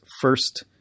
first